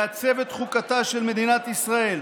לעצב את חוקתה של מדינת ישראל,